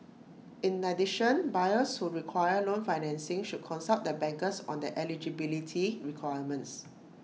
in addition buyers who require loan financing should consult their bankers on their eligibility requirements